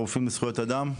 רופאים לזכויות אדם,